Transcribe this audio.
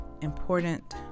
important